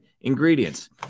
ingredients